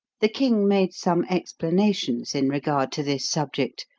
the king made some explanations in regard to this subject,